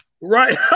Right